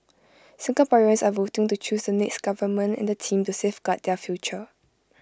Singaporeans are voting to choose the next government and the team to safeguard their future